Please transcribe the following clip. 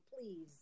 Please